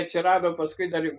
atsirado paskui dar